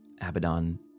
Abaddon